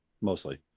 Mostly